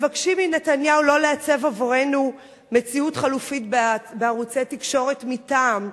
מבקשים מנתניהו לא לעצב עבורנו מציאות חלופית בערוצי תקשורת מטעם,